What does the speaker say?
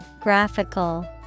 Graphical